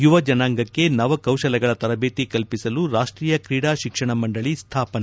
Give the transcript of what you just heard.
ಯುವ ಜನಾಂಗಕ್ಕೆ ನವಕೌಶಲ್ಯಗಳ ತರಬೇತಿ ಕಲ್ಪಿಸಲು ರಾಷ್ಟೀಯ ಕ್ರೀಡಾ ಶಿಕ್ಷಣ ಮಂಡಳಿ ಸ್ಥಾಪನೆ